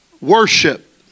worship